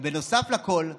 בנוסף לכול,